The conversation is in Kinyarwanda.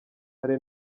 hari